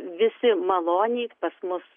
visi maloniai pas mus